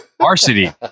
varsity